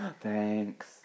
thanks